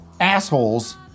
assholes